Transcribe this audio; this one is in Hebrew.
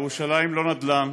ירושלים לא נדל"ן,